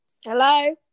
Hello